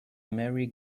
merry